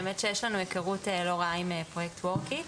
האמת שיש לנו היכרות לא רעה עם פרויקט 'WORKIT'..